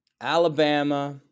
Alabama